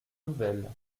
nouvelle